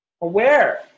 aware